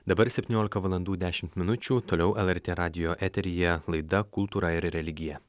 dabar septyniolika valandų dešimt minučių toliau lrt radijo eteryje laida kultūra ir religija